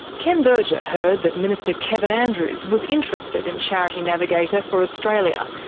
ken berger heard that minister kevin andrews was interested in charity navigator for australia,